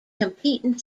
competing